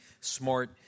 smart